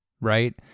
right